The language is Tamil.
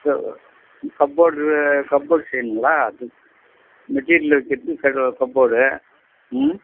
கப்போர்ட் கப்போர்ட் செய்யணுங்களா அது மெட்டீரியல் வைக்கறக்கு கப்போர்டு ம்